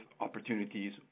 opportunities